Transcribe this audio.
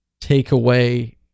takeaway